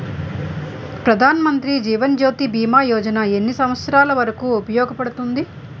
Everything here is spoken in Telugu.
ప్రధాన్ మంత్రి జీవన్ జ్యోతి భీమా యోజన ఎన్ని సంవత్సారాలు వరకు ఉపయోగపడుతుంది?